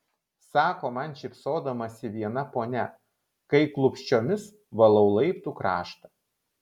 sako man šypsodamasi viena ponia kai klupsčiomis valau laiptų kraštą